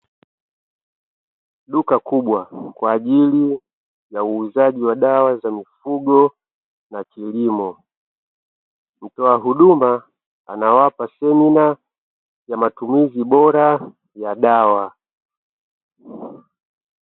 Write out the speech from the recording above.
Duka kubwa kwa ajili ya uuzaji wa dawa za mifugo na kilimo, mtoa huduma anawapa semina ya matumizi bora ya dawa.